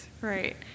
right